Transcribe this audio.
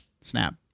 Snap